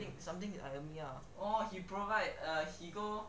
something like me lah